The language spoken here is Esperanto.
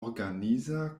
organiza